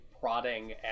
prodding